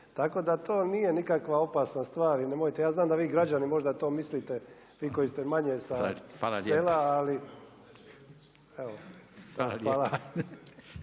Tako da to nije nikakva opasna stvar. Ja znam da vi građani to mislite, vi koji ste manje sa sela, ali evo. Hvala.